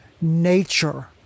nature